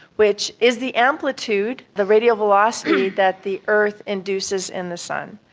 which is the amplitude, the radio velocity that the earth induces in the sun.